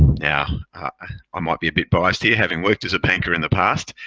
yeah i might be a bit biased here having worked as a banker in the past,